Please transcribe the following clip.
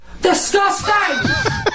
DISGUSTING